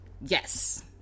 Yes